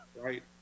right